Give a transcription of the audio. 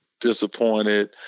disappointed